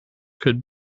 could